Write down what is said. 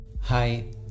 Hi